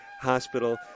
Hospital